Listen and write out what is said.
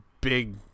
big